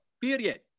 Period